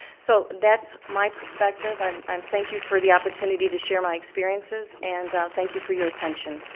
so that's my perspective. i um um thank you for the opportunity to share my experiences, and thank you for your attention.